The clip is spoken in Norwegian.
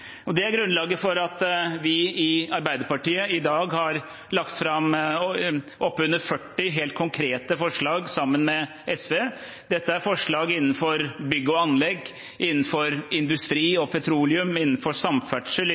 hjemme. Det er grunnlaget for at vi i Arbeiderpartiet, sammen med SV, i dag har lagt fram oppunder 40 helt konkrete forslag. Dette er forslag innenfor bygg og anlegg, industri og petroleum, samferdsel,